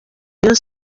rayon